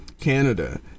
Canada